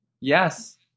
Yes